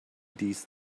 these